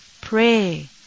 pray